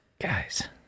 Guys